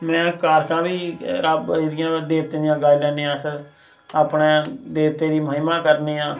में कारकां बी रब्ब दियां देवतें दियां गाई लैने आं अस अपने देवतें दी महिमा करने आं